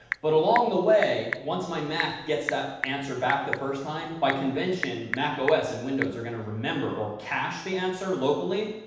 but along the way, once my mac gets that answer back the first time, by convention, mac ah os and windows are going to remember or cache the answer locally.